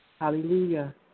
hallelujah